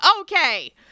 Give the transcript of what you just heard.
okay